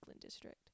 District